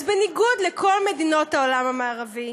אז בניגוד לכל מדינות העולם המערבי,